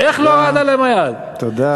איך לא רעדה להם היד, תודה.